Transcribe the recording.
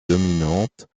dominante